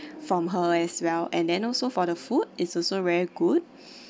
from her as well and then also for the food is also very good